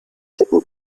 tippen